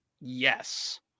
Yes